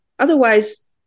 Otherwise